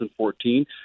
2014